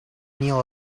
neal